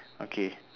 okay